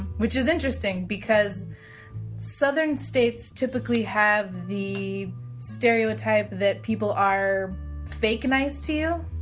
which is interesting because southern states typically have the stereotype that people are fake nice to you,